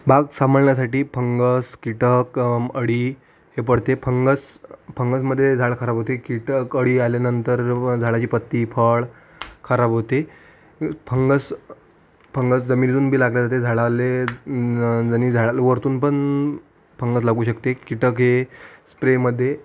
बाग सांभाळण्यासाठी फंगस कीटक अळी हे पडते फंगस फंगसमध्ये झाड खराब होते कीटक अळी आल्यानंतर व झाडांची पत्ती फळ खराब होते फंगस फंगस जमिनीतूनबी लागले जाते झाडाले आणि झाडाला वरतूनपन फंगस लागू शकते किटके स्प्रेमध्ये